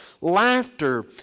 Laughter